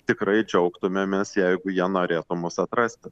tikrai džiaugtumėmės jeigu jie norėtų mus atrasti